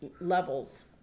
levels